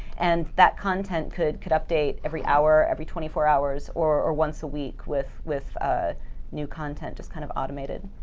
and that content could could update every hour, every twenty four hours, or once a week with with new content just kind of automated.